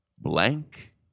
Blank